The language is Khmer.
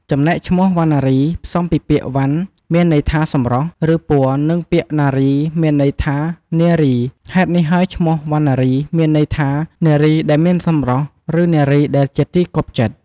ចំណែកឈ្មោះ វណ្ណារី ផ្សំពីពាក្យ វណ្ណ មានន័យថាសម្រស់ ឬពណ៌ និង ពាក្យណារី មាន័យថានារី ហេតុនេះហើយឈ្មោះ វណ្ណារី មានន័យថា នារីដែលមានសម្រស់ ឬនារីដែលជាទីគាប់ចិត្ត។